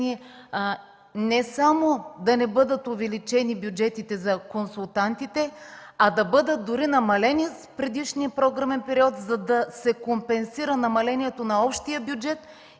не само да не бъдат увеличени бюджетите за консултантите, а да бъдат дори намалени от предишния програмен период, за да се компенсира намалението на общия бюджет